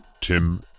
Tim